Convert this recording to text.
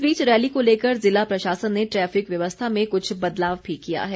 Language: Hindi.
इस बीच रैली को लेकर जिला प्रशासन ने ट्रैफिक व्यवस्था में कुछ बदलाव भी किया है